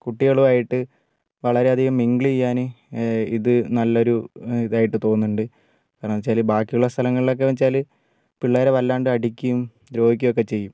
കുട്ടികളുമായിട്ട് വളരെയധികം മിൻഗിള് ചെയ്യാന് ഇത് നല്ലൊരു ഇതായിട്ട് തോന്നുന്നുണ്ട് കാരണമെന്താ വെച്ചാൽ ബാക്കിയുള്ള സ്ഥലങ്ങളിലൊക്കെ വെച്ചാൽ പിള്ളേർ വല്ലാണ്ട് അടിക്കും ദ്രോഹിക്കുകയൊക്കെ ചെയ്യും